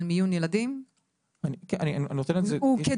על מיון ילדים הוא כדוגמה.